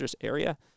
area